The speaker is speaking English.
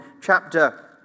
chapter